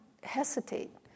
hesitate